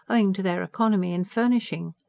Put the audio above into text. owing to their economy in furnishing.